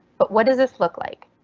but what does this look like?